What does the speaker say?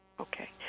Okay